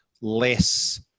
less